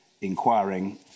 inquiring